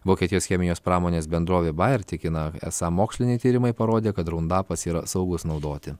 vokietijos chemijos pramonės bendrovė bajer tikina esą moksliniai tyrimai parodė kad raundapas yra saugus naudoti